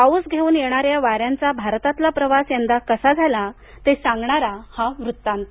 पाऊस घेऊन येणाऱ्या या वाऱ्यांचा भारतातला प्रवास यंदा कसा झाला ते सांगणारा हा वृत्तांत